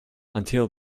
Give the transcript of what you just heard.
until